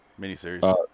Miniseries